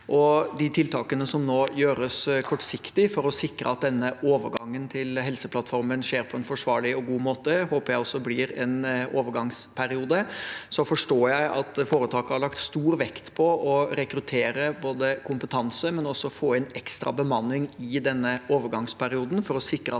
de tiltakene som nå gjøres kortsiktig for å sikre at denne overgangen til Helseplattformen skjer på en forsvarlig og god måte, håper jeg også blir en overgangsperiode. Så forstår jeg at foretaket har lagt stor vekt både på å rekruttere kompetanse og på å få inn ekstra bemanning i denne overgangsperioden,